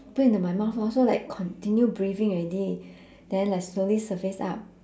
put into my mouth lor so like continue breathing already then I slowly surface up